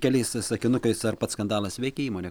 keliais sakinukais ar pats skandalas veikia įmonę